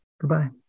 Goodbye